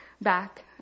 back